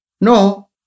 No